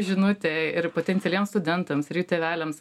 žinutę ir potencialiems studentams ir jų tėveliams